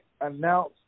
announce